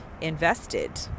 invested